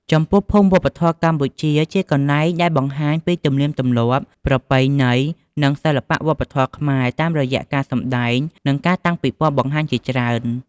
ចំពោះភូមិវប្បធម៌កម្ពុជា ជាកន្លែងដែលបង្ហាញពីទំនៀមទម្លាប់ ប្រពៃណី និងសិល្បៈវប្បធម៌ខ្មែរតាមរយៈការសម្តែង និងការតាំងពិពណ៌បង្ហាញជាច្រើន។